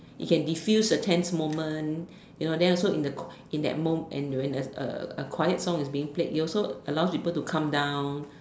you can diffuse the tense moment you know and then also in the in that mom~ when there's a quiet song is being played it also allows people to calm down